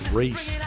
race